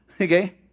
Okay